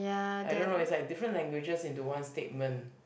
I don't know is like difference languages into one statement